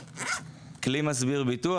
כלי מסביר ביטוח.